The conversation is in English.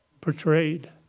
Portrayed